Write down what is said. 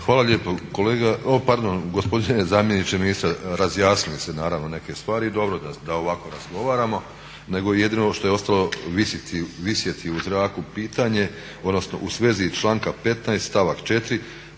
Hvala lijepo. Kolega, pardon gospodine zamjeniče ministra razjasnili ste naravno neke stvari i dobro da ovako razgovaramo. Nego jedino što je ostalo visiti u zraku pitanje, odnosno u svezi članka 15.stavak